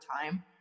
time